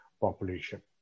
population